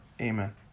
Amen